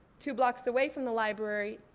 two blocks away from the library,